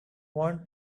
want